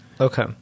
Okay